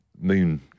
moon